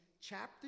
chapter